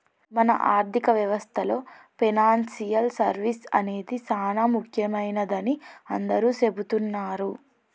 మన ఆర్థిక వ్యవస్థలో పెనాన్సియల్ సర్వీస్ అనేది సానా ముఖ్యమైనదని అందరూ సెబుతున్నారు